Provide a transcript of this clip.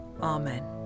Amen